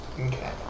Okay